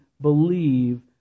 believe